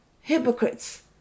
hypocrites